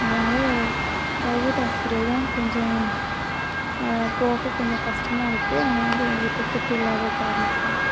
அதனால் private hospital தான் கொஞ்சம் போக கொஞ்சம் கஷ்டமா இருக்குது அங்கே வந்து எங்கக்கிட்ட துட்டு இல்லாத காரணத்துனால்